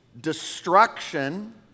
destruction